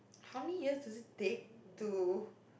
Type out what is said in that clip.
how many years does it take to